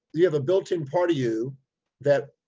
you have a builtin part of you that,